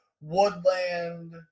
woodland